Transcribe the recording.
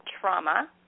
trauma